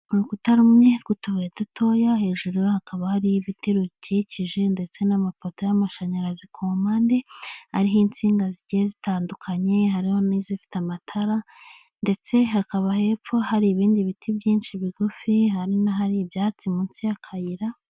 Urukuta rumwe rw'utubuye dutoya hejuru rero hakaba hari ibiti birukikije ndetse n'amapoto y'amashanyarazi ku mpande, ahariho insinga zigiye zitandukanye hariho n'izifite amatara ndetse hakaba hepfo hari ibindi biti byinshi bigufi, hari n'ahari ibyatsi munsi y'akayira.